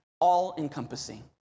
all-encompassing